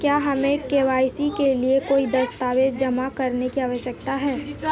क्या हमें के.वाई.सी के लिए कोई दस्तावेज़ जमा करने की आवश्यकता है?